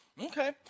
Okay